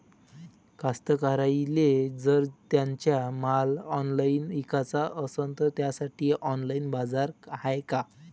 कास्तकाराइले जर त्यांचा माल ऑनलाइन इकाचा असन तर त्यासाठी ऑनलाइन बाजार हाय का?